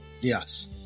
Yes